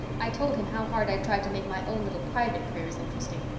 i told him how hard i tried to make my own little private prayers interesting.